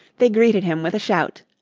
they greeted him with a shout.